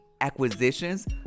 acquisitions